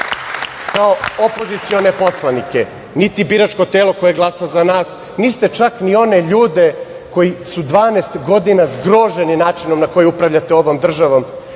kao opozicione poslanike, niti biračko telo koje glasa za nas, niste čak ni one ljude koji su 12 godina zgroženi načinom na koji upravljate ovom državom,